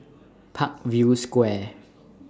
Parkview Square